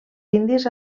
indis